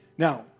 Now